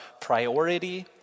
priority